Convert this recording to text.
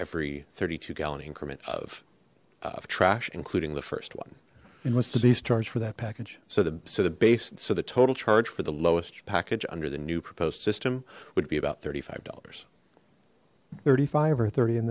every thirty two gallon increment of of trash including the first one and what's do these charge for that package so the sort of base so the total charge for the lowest package under the new proposed system would be about thirty five dollars thirty five or thirty in